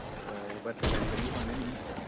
अच्छा एह् भट्ठे बैंगन बी पाह्ने नी